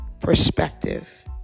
perspective